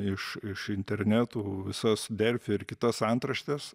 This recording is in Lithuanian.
iš iš internetų visas delfi ir kitas antraštes